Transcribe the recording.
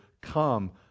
Come